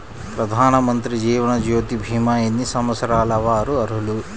ప్రధానమంత్రి జీవనజ్యోతి భీమా ఎన్ని సంవత్సరాల వారు అర్హులు?